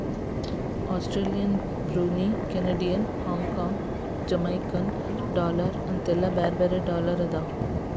Australian Brunei Canadian Hong Kong Jamaican dollar ಅಂತೆಲ್ಲಾ ಬ್ಯಾರೆ ಬ್ಯಾರೆ ಡಾಲರ್ ಅದಾವ